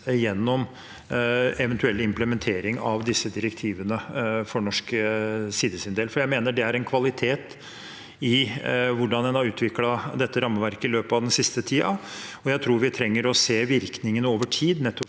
gjennom eventuell implementering av disse direktivene for Norges del, for jeg mener det er en kvalitet i hvordan en har utviklet dette rammeverket i løpet av den siste tiden. Jeg tror vi trenger å se virkningene over tid,